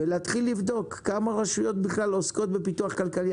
ולהתחיל לבדוק כמה רשויות עוסקות בפיתוח כלכלי.